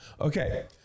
Okay